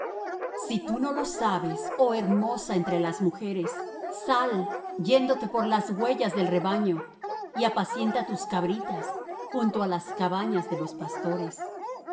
si tú no lo sabes oh hermosa entre las mujeres sal yéndote por las huellas del rebaño y apacienta tus cabritas junto á las cabañas de los pastores